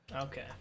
Okay